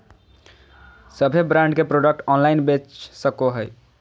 सभे ब्रांड के product online बेच सको हइ